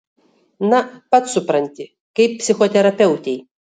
na pats supranti kaip psichoterapeutei